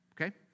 okay